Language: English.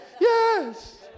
Yes